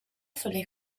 sulle